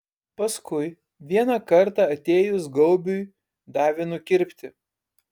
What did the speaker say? paskui vieną kartą atėjus gaubiui davė nukirpti